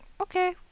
okay